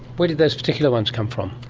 where did those particular ones come from?